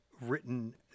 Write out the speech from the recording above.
written